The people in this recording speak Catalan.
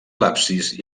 l’absis